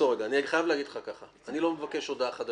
אני רק מבקש בחינה מחודשת למצב.